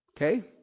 Okay